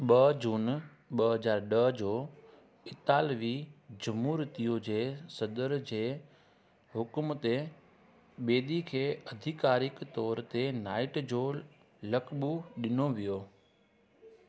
ॿ जून ॿ हज़ार ॾह जो इतालवी झमूरियत जे सदर जे हुकुम ते बेदी खे आधिकारिक तौर ते नाइट जो लक़्बु ॾिनो वियो